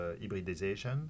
hybridization